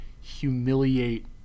humiliate